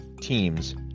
teams